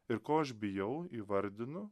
ir ko aš bijau įvardinu